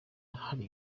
hari